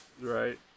Right